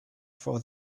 for